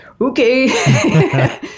okay